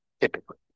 typically